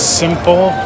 simple